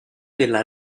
della